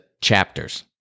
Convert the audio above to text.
chapters